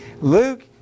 Luke